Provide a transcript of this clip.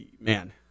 man